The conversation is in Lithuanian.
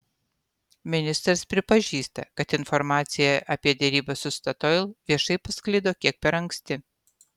ministras pripažįsta kad informacija apie derybas su statoil viešai pasklido kiek per anksti